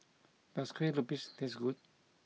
does Kue Lupis taste good